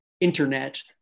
internet